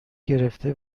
گرفته